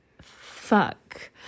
Fuck